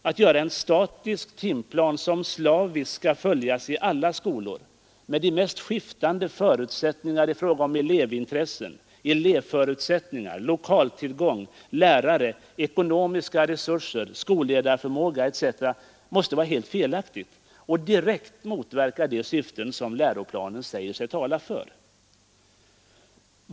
Att göra en statisk timplan som slaviskt skall följas i alla skolor med de mest varierande förutsättningar i fråga om elevintressen, elevförutsättningar, lokaltillgång, lärare, ekonomiska resurser, skolledarinriktning etc, måste vara helt felaktigt och direkt motverka de syften som läroplanen säger sig tala för.